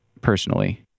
personally